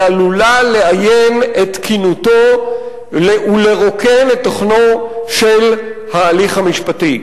היא עלולה לאיין את תקינותו ולרוקן את תוכנו של ההליך המשפטי".